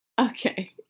Okay